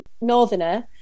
northerner